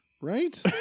Right